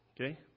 Okay